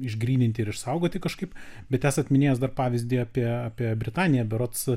išgryninti ir išsaugoti kažkaip bet esat minėjęs dar pavyzdį apie apie britaniją berods